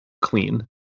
clean